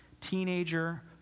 teenager